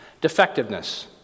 Defectiveness